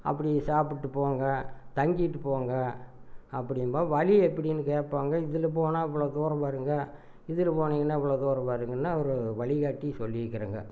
அப்படி சாப்பிட்டு போங்கள் தங்கிகிட்டு போங்கள் அப்படிம்போம் வழி எப்படினு கேட்பாங்க இதில் போனால் இவ்வளோ தூரம் வருங்க இதில் போனீங்கன்னால் இவ்வளோ தூரம் வருங்கன்னு வழிகாட்டி சொல்லியிருக்கிறேங்க